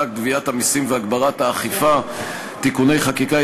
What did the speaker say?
גביית המסים והגברת האכיפה (תיקוני חקיקה),